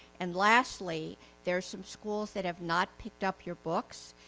and lastly there's some schools that have not picked up your books.